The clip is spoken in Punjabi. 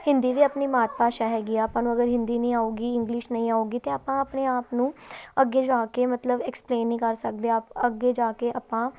ਹਿੰਦੀ ਵੀ ਆਪਣੀ ਮਾਤ ਭਾਸ਼ਾ ਹੈਗੀ ਆ ਆਪਾਂ ਨੂੰ ਅਗਰ ਹਿੰਦੀ ਨਹੀਂ ਆਵੇਗੀ ਇੰਗਲਿਸ਼ ਨਹੀਂ ਆਵੇਗੀ ਤਾਂ ਆਪਾਂ ਆਪਣੇ ਆਪ ਨੂੰ ਅੱਗੇ ਜਾ ਕੇ ਮਤਲਬ ਐਕਸਪਲੇਨ ਨਹੀਂ ਕਰ ਸਕਦੇ ਅੱਗੇ ਜਾ ਕੇ ਆਪਾਂ